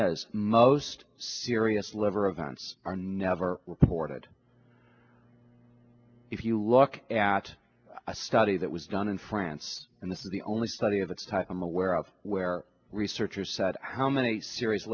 is most serious liver events are never reported if you look at a study that was done in france and this is the only study of the type i'm aware of where researchers said how many seri